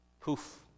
Poof